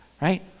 right